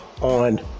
on